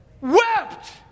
wept